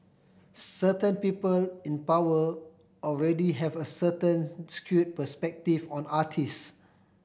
certain people in power already have a certain skewed perspective on artist